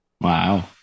Wow